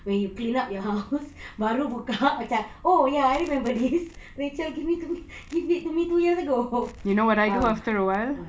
when you clean up your house baru buka oh ya I remember this rachel give it to me two years ago ah what